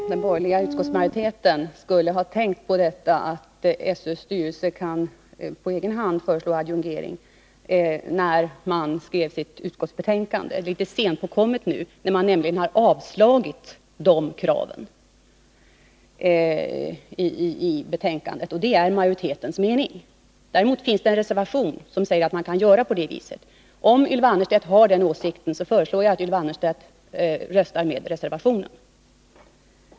Fru talman! Jag anser att den borgerliga utskottsmajoriteten, när den skrev betänkandet, borde ha tänkt på att SÖ:s styrelse på egen hand kan föreslå adjungering. Vad Ylva Annerstedt säger nu är litet sent påkommet, eftersom utskottsmajoriteten ju har avstyrkt kraven på adjungering. Detta är alltså utskottsmajoritetens mening. Däremot finns det en reservation som säger att elevoch föräldrarepresentanter skall kunna adjungeras. Om Ylva Annerstedt har den åsikten, föreslår jag att hon röstar med reservationen.